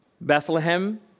Bethlehem